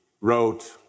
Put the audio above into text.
wrote